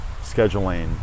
scheduling